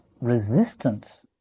resistance